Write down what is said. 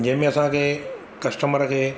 जंहिंमें असांखे कस्टमर खे